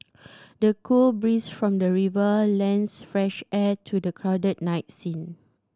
the cool breeze from the river lends fresh air to the crowded night scene